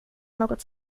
något